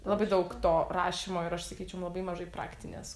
labai daug to rašymo ir aš sakyčiau labai mažai praktinės